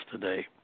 today